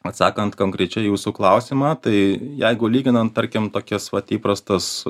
atsakant konkrečiai jūsų klausimą tai jeigu lyginant tarkim tokias vat įprastas